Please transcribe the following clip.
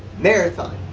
marathon,